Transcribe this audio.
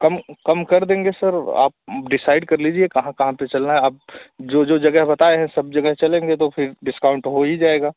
कम कम कर देंगे सर आप डिसाइड कर लीजिए कहाँ कहाँ पर चलना है आप जो जो जगह बताए हैं सब जगह चलेंगे तो फिर डिस्काउंट तो हो ही जाएगा